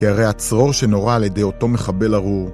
כי הרי הצרור שנורה על ידי אותו מחבל ארור